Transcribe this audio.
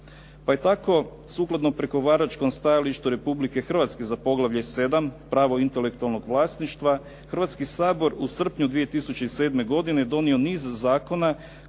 Pa je tako sukladno pregovaračkom stajalištu Republike Hrvatske za poglavlje 7. – Pravo intelektualnog vlasništva Hrvatski sabor u srpnju 2007. godine donio niz zakona